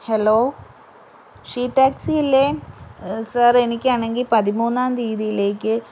hello she taxi അല്ലെ sir എനിക്കാണെങ്കിൽ പതിമൂന്നാം തിയതിയിലേക്ക്